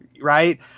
Right